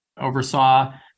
oversaw